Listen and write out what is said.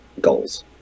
goals